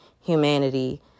humanity